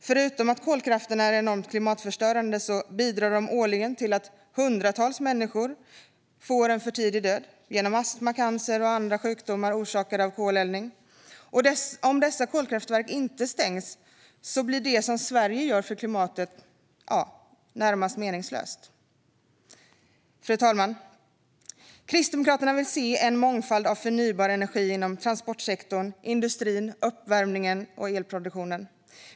Förutom att kolkraften är enormt klimatförstörande bidrar den årligen till att hundratals människors dör en för tidig död på grund av astma, cancer och andra sjukdomar orsakade av koleldning. Om dessa kolkraftverk inte stängs blir det som Sverige gör för klimatet närmast meningslöst. Fru talman! Kristdemokraterna vill se en mångfald av förnybar energi inom transportsektorn, industrin, uppvärmningen och elproduktionen.